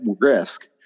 risk